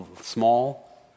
small